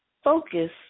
Focus